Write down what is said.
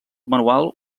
manual